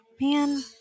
Man